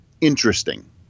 interesting